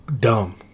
dumb